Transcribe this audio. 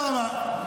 כולם באותה רמה.